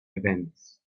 events